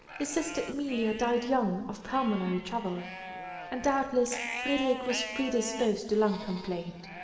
his sister emilia died young of pulmonary trouble and doubtless frederic was predisposed to lung complaint.